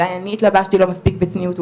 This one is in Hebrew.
אולי אני התלבשתי לא מספיק בצניעות,